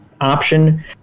option